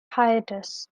hiatus